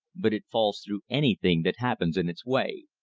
but it falls through anything that happens in its way,